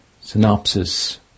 synopsis